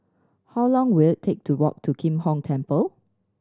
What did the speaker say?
how long will it take to walk to Kim Hong Temple